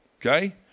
Okay